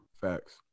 facts